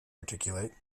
articulate